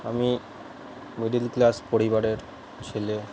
আমি middle class পরিবারের ছেলে